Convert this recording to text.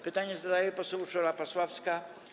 Pytanie zadaje poseł Urszula Pasławska.